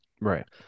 Right